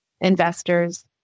investors